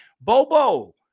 Bobo